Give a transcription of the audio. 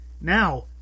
Now